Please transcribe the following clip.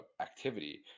activity